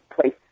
place